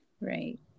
right